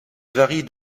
varie